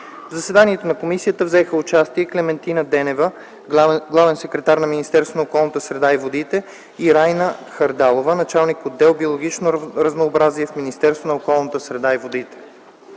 В заседанието на комисията взеха участие: Клементина Денева – главен секретар на Министерството на околната среда и водите, и Райна Хардалова – началник отдел „Биологично разнообразие” в Министерството на околната среда и водите.